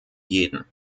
jeden